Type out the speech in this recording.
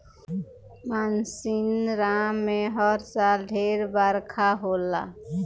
मासिनराम में हर साल ढेर बरखा होला